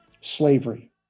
slavery